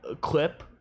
clip